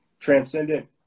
Transcendent